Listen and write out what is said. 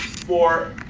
for